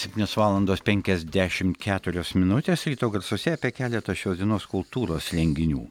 septynios valandos penkiasdešimt keturios minutės ryto garsuose apie keletą šios dienos kultūros renginių